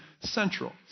central